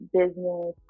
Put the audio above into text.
business